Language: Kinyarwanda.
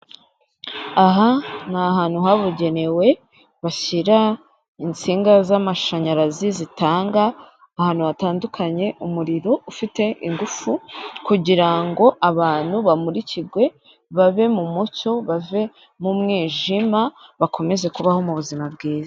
Aha ni ahantu habugenewe bashyira insinga z'amashanyarazi zitanga ahantu hatandukanye umuiro ufite ingufu kugira ngo abantu bamurikirwe babe mu mucyo bave mu mwijima bakomeze kubaho mu buzima bwiza.